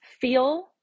feel